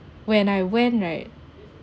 when I went right